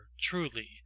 truly